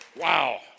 Wow